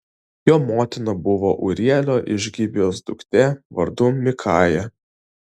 jo motina buvo ūrielio iš gibėjos duktė vardu mikaja